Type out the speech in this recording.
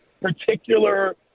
particular